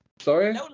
Sorry